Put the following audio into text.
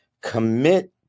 commit